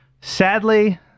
Sadly